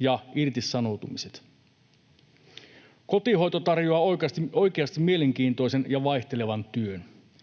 ja irtisanoutumiset? Kotihoito tarjoaa oikeasti mielenkiintoisen ja vaihtelevan työn.